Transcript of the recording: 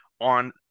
on